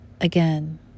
Again